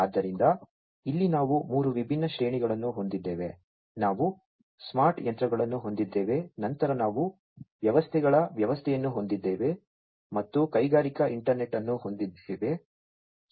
ಆದ್ದರಿಂದ ಇಲ್ಲಿ ನಾವು ಮೂರು ವಿಭಿನ್ನ ಶ್ರೇಣಿಗಳನ್ನು ಹೊಂದಿದ್ದೇವೆ ನಾವು ಸ್ಮಾರ್ಟ್ ಯಂತ್ರಗಳನ್ನು ಹೊಂದಿದ್ದೇವೆ ನಂತರ ನಾವು ವ್ಯವಸ್ಥೆಗಳ ವ್ಯವಸ್ಥೆಯನ್ನು ಹೊಂದಿದ್ದೇವೆ ಮತ್ತು ಕೈಗಾರಿಕಾ ಇಂಟರ್ನೆಟ್ ಅನ್ನು ಹೊಂದಿದ್ದೇವೆ